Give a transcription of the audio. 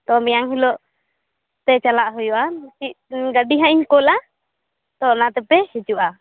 ᱛᱚ ᱢᱤᱭᱟᱝ ᱦᱤᱞᱳᱜᱛᱮ ᱪᱟᱞᱟᱜ ᱦᱩᱭᱩᱜᱼᱟ ᱠᱤ ᱜᱟ ᱰᱤ ᱱᱷᱟᱜ ᱤᱧ ᱠᱳᱞᱟ ᱛᱚ ᱚᱱᱟ ᱛᱮᱯᱮ ᱦᱤᱡᱩᱜᱼᱟ